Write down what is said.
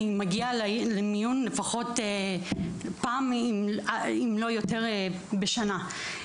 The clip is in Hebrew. אני מגיעה למיון לפחות פעם, אם לא יותר, בשנה.